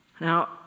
Now